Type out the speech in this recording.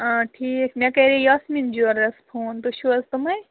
آ ٹھیٖک مےٚ کَرے یوسمیٖن جیولرَس فون تُہۍ چھِو حظ تِمَے